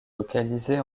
localisée